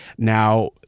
Now